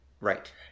Right